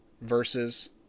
versus